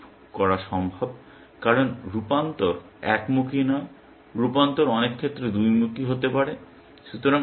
loop করা সম্ভব কারণ রূপান্তর একমুখী নয় রূপান্তর অনেক ক্ষেত্রে দুইমুখী হতে পারে